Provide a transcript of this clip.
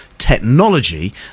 technology